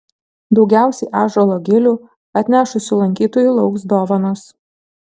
daugiausiai ąžuolo gilių atnešusių lankytojų lauks dovanos